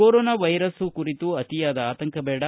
corona virus ಕುರಿತು ಅತಿಯಾದ ಆತಂಕಬೇಡ